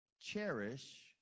cherish